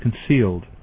concealed